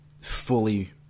fully